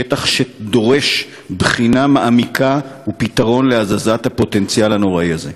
שטח שדורש בחינה מעמיקה ופתרון להזזת הפוטנציאל הנוראי הזה.